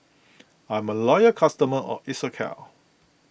I'm a loyal customer of Isocal